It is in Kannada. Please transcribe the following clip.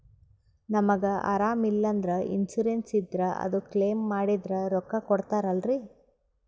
ನಮಗ ಅರಾಮ ಇಲ್ಲಂದ್ರ ಇನ್ಸೂರೆನ್ಸ್ ಇದ್ರ ಅದು ಕ್ಲೈಮ ಮಾಡಿದ್ರ ರೊಕ್ಕ ಕೊಡ್ತಾರಲ್ರಿ?